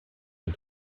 but